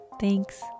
Thanks